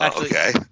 Okay